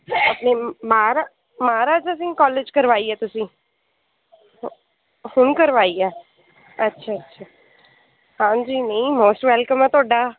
ਆਪਣੇ ਮਾਹ ਮਹਾਰਾਜਾ ਸਿੰਘ ਕੋਲੇਜ ਕਰਵਾਈ ਹੈ ਤੁਸੀਂ ਹੁ ਹੁਣ ਕਰਵਾਈ ਹੈ ਅੱਛਾ ਅੱਛਾ ਹਾਂਜੀ ਨਹੀਂ ਮੋਸਟ ਵੈਲਕਮ ਹੈ ਤੁਹਾਡਾ